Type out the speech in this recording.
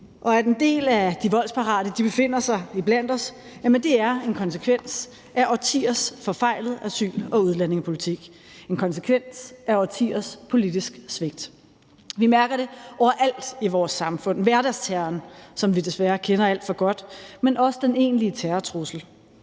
At en del af de voldsparate befinder sig iblandt os, er en konsekvens af årtiers forfejlet asyl- og udlændingepolitik, en konsekvens af årtiers politisk svigt. Vi mærker det overalt i vores samfund: hverdagsterroren, som vi desværre kender alt for godt, men også den egentlige terrortrussel;